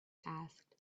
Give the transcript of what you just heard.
asked